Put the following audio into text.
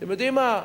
אתם יודעים מה?